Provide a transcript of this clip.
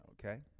Okay